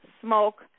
smoke